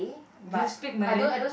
you speak Malay